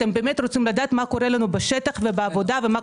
אתם באמת רוצים לדעת מה קורה לנו בשטח ובעבודה ומה קורה עם האנשים.